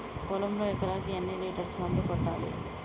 పొలంలో ఎకరాకి ఎన్ని లీటర్స్ మందు కొట్టాలి?